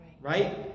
right